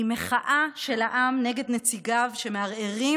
היא מחאה של העם נגד נציגיו שמערערים